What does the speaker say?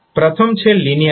પ્રથમ છે લિનિયારીટી